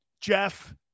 Jeff